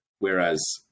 Whereas